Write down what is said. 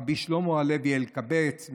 רבי הלוי שלמה אלקבץ,